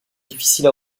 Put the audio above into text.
difficile